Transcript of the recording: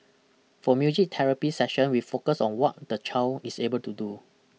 for music therapy session we focus on what the child is able to do